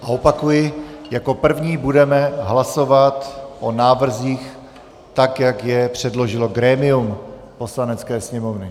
A opakuji, jako první budeme hlasovat o návrzích tak, jak je předložilo grémium Poslanecké sněmovny.